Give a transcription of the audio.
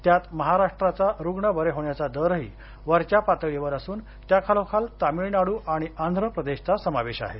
त्यात महाराष्ट्राचा रुग्ण बरे होण्याचा दरही वरच्या पातळीवर असून त्याखालोखाल तामिळनाडू आणि आंध्र प्रदेशचा समावेश आहे